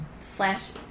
slash